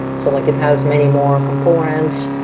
so like it has many more components.